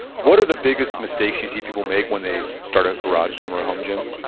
what are the biggest mistakes you see people make when they start a garage gym or home gym?